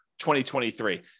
2023